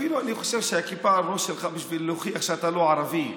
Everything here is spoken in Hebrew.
אפילו אני חושב שהכיפה על הראש שלך בשביל להוכיח שאתה לא ערבי.